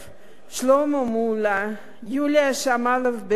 שלמה מולה, יוליה שמאלוב-ברקוביץ